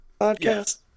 podcast